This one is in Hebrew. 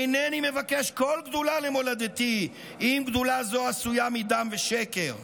אינני מבקש כל גדולה למולדתי אם גדולה זו עשויה מדם ושקר.